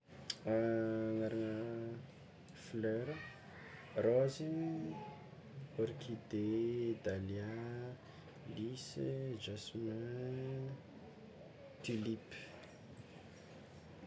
Agnarana flera: raozy, orkide, dalia, lys, jasmin, tulipe.